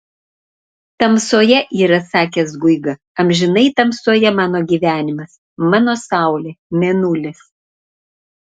tamsoje yra sakęs guiga amžinai tamsoje mano gyvenimas mano saulė mėnulis